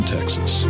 Texas